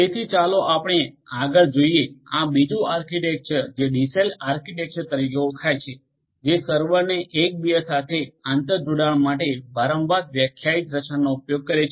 તેથી ચાલો આપણે આગળ જોઈએ આ બીજું આર્કિટેક્ચર જે ડીસેલ આર્કિટેક્ચર તરીકે ઓળખાય છે જે સર્વરને એકબીજા સાથે આંતરજોડાણ માટે વારંવાર વ્યાખ્યાયિત રચનાનો ઉપયોગ કરે છે